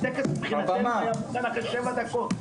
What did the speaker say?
מבחינתנו הטקס היה מתחיל אחרי 7 דקות.